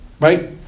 right